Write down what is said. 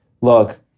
look